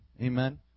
Amen